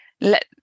let